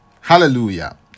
Hallelujah